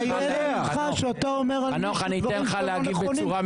להשאיר אותה כאן בוועדת הכנסת,